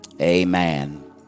Amen